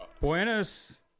Buenos